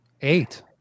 Eight